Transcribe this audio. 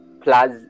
plus